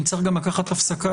נצטרך גם לקחת הפסקה,